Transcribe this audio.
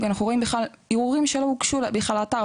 אנחנו רואים ערעורים שלא הוגשו בכלל לאתר,